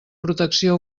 protecció